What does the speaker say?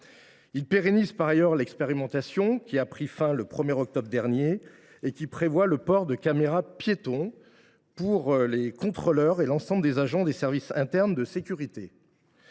Il pérennise par ailleurs l’expérimentation, qui a pris fin le 1 octobre dernier, prévoyant le port de caméras piétons pour les contrôleurs et pour l’ensemble des agents des services internes de sécurité.